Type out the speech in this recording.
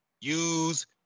use